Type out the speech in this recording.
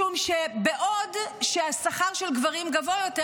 משום שהשכר של גברים גבוה יותר,